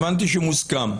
הבנתי שמוסכם.